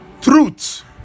truth